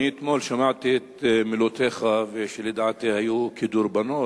אני אתמול שמעתי את מילותיך, שלדעתי היו כדרבונות,